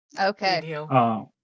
okay